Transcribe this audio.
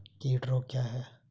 कीट रोग क्या है?